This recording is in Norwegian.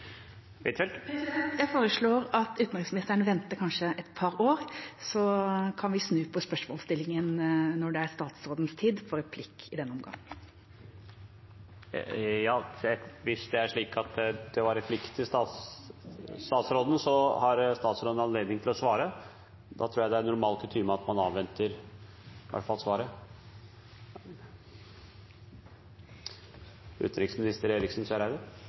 Jeg foreslår at utenriksministeren kanskje venter et par år, så kan vi snu på spørsmålsstillingen når det er utenriksministerens tid for replikk. Hvis det var en replikk til utenriksministeren, har utenriksministeren anledning til å svare. Presidenten registrerer at representanten forlater talerstolen. Det er normal kutyme at man i hvert fall avventer svaret.